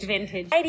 Vintage